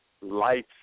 life